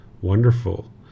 Wonderful